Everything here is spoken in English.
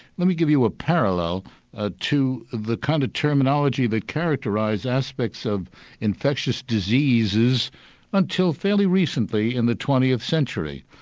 let me give you a parallel ah to the kind of terminology that characterises aspects of infectious diseases until fairly recently in the twentieth century.